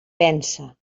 pensa